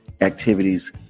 activities